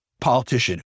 politician